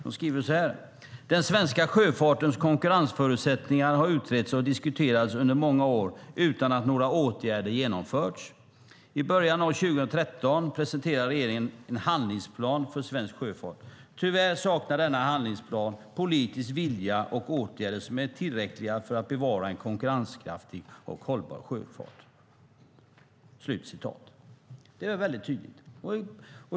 De skriver så här: "Den svenska sjöfartens konkurrensförutsättningar har utretts och diskuterats under många år utan att några åtgärder genomförts. I början av 2013 presenterade regeringen sin handlingsplan för svensk sjöfart. Tyvärr saknar denna handlingsplan politisk vilja, och åtgärder som är tillräckliga för att bevara en konkurrenskraftig och hållbar sjöfart." Det är väldigt tydligt.